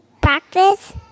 breakfast